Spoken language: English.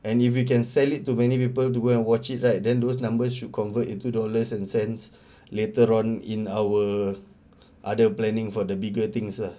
and if you can sell it to many people to go and watch it right then those numbers should convert into dollars and cents later on in our other planning for the bigger things lah